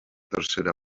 tercera